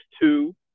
two